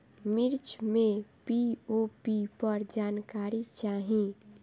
मिर्च मे पी.ओ.पी पर जानकारी चाही?